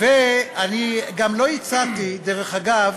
גם לא הצעתי, דרך אגב,